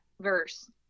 verse